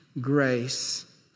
grace